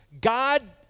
God